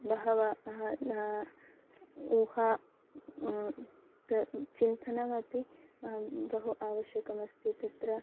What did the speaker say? बहवः ऊहा चिन्तनमपि बहु आवश्यकमस्ति तत्र